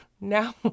Now